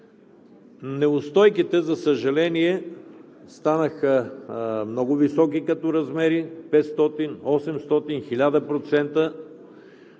Неустойките, за съжаление, станаха много високи като размери – 500, 800, 1000%, което